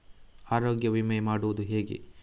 ಆರೋಗ್ಯ ವಿಮೆ ಮಾಡುವುದು ಹೇಗೆ?